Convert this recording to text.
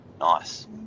Nice